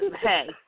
hey